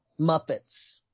Muppets